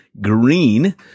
Green